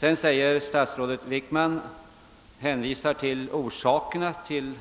Vidare hänvisar statsrådet Wickman till orsakerna till